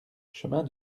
chemin